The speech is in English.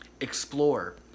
Explore